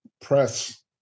press